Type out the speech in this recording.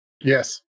Yes